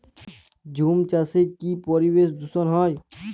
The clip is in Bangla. ঝুম চাষে কি পরিবেশ দূষন হয়?